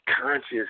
conscious